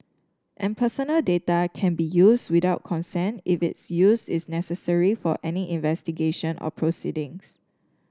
and personal data can be used without consent if its use is necessary for any investigation or proceedings